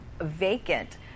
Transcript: vacant